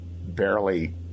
barely